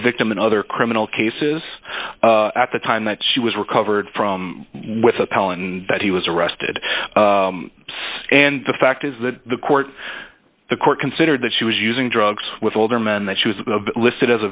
victim in other criminal cases at the time that she was recovered from with a pal and that he was arrested and the fact is that the court the court considered that she was using drugs with older men that she was listed as a